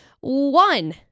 one